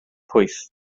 pwyth